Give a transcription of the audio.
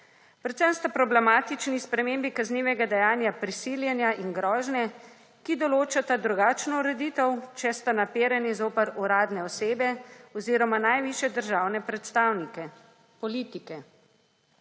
Predvsem sta problematični spremembi kaznivega dejanja prisiljenja in grožnje, ki določata drugačno ureditev, če sta naperjeni zoper uradne osebe oziroma najvišje državne predstavnike politike.